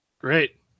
Great